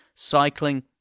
Cycling